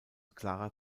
clara